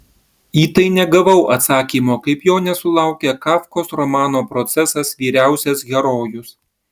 į tai negavau atsakymo kaip jo nesulaukė kafkos romano procesas vyriausias herojus